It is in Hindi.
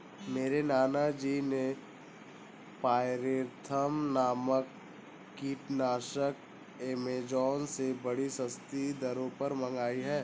मेरे नाना जी ने पायरेथ्रम नामक कीटनाशक एमेजॉन से बड़ी सस्ती दरों पर मंगाई है